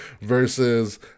versus